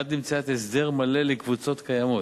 עד למציאת הסדר מלא לקבוצות קיימות.